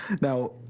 Now